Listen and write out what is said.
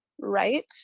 right